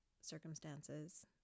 circumstances